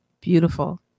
beautiful